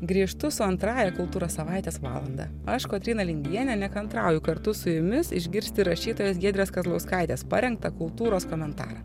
grįžtu su antrąja kultūros savaitės valanda aš kotryna lingienė nekantrauju kartu su jumis išgirsti rašytojos giedrės kazlauskaitės parengtą kultūros komentarą